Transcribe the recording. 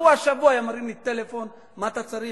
שבוע-שבוע היה מרים לי טלפון: מה אתה צריך?